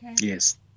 Yes